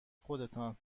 خودتان